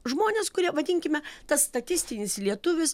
žmonės kurie vadinkime tas statistinis lietuvis